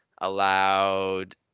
allowed